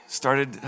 started